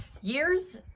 Years